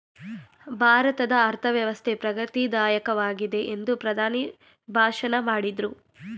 ಭಾರತದ ಅರ್ಥವ್ಯವಸ್ಥೆ ಪ್ರಗತಿ ದಾಯಕವಾಗಿದೆ ಎಂದು ಪ್ರಧಾನಿ ಭಾಷಣ ಮಾಡಿದ್ರು